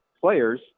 players